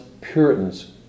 Puritans